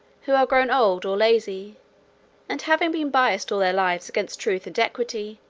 who are grown old or lazy and having been biassed all their lives against truth and equity,